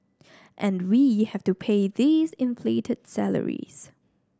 and we have to pay these inflated salaries